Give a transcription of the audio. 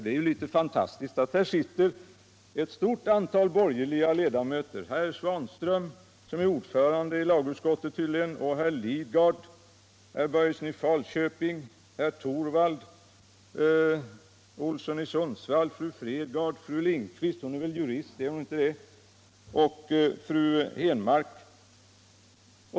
Det är rätt fantastiskt när man tänker på att det i lagutskottet sitter ett stort antal borgerliga ledamöter: herr Svanström, som är ordförande i utskottet. herr Lidgard, herr Börjesson i Falköping, herr Torwald, herr Olsson i Sundsvall, fru Fredgardh, fru Lindquist - hon är väl jurist — och herr Henmark.